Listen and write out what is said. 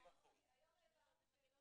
20%. שמי ד"ר אלה שראל מחלב,